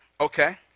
Okay